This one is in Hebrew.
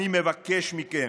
אני מבקש מכם,